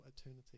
eternity